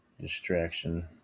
distraction